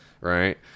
right